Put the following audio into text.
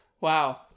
Wow